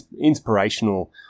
inspirational